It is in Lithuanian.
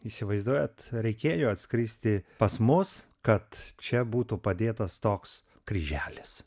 įsivaizduojat reikėjo atskristi pas mus kad čia būtų padėtas toks kryželis